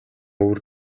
өвөр